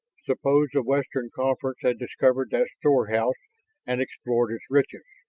suppose the western conference had discovered that storehouse and explored its riches,